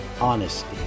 honesty